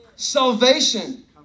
Salvation